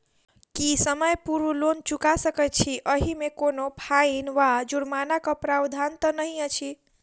की समय पूर्व लोन चुका सकैत छी ओहिमे कोनो फाईन वा जुर्मानाक प्रावधान तऽ नहि अछि?